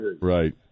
right